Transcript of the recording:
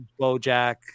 Bojack